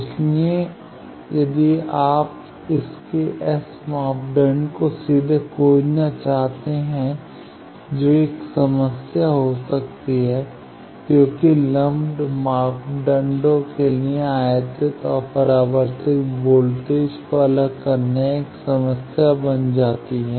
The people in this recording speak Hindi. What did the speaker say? इसलिए यदि आप इसके S मापदंड को सीधे खोजना चाहते हैं जो एक समस्या हो सकती है क्योंकि लंपड मापदंडों के लिए आयातित और परावर्तित वोल्टेज को अलग करना एक समस्या बन जाती है